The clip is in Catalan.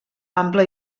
ample